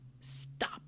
stop